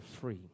free